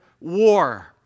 war